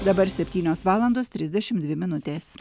dabar septynios valandos trisdešim dvi minutės